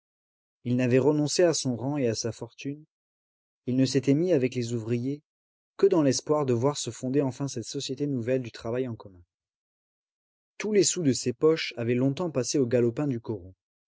il n'avait renoncé à son rang et à sa fortune il ne s'était mis avec les ouvriers que dans l'espoir de voir se fonder enfin cette société nouvelle du travail en commun tous les sous de ses poches avaient longtemps passé aux galopins du coron